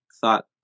thought